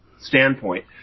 standpoint